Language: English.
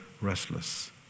restless